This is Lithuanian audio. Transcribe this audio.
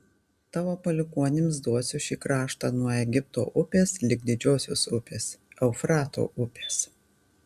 tavo palikuonims duosiu šį kraštą nuo egipto upės lig didžiosios upės eufrato upės